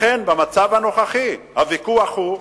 לכן במצב הנוכחי הוויכוח הוא,